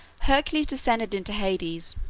hercules descended into hades,